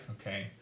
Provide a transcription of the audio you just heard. okay